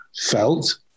felt